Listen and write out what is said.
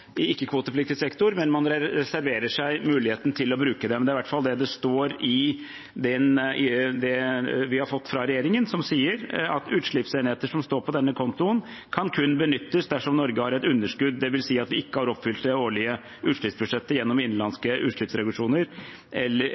på ikke-kvotepliktig sektor, men at man reserverer seg muligheten til å bruke dem. Det er i hvert fall det det står i det vi har fått fra regjeringen, som sier at utslippsenheter som står på denne kontoen, kun kan benyttes dersom Norge har et underskudd, dvs. at vi ikke har oppfylt det årlige utslippsbudsjettet gjennom innenlandske utslippsreduksjoner eller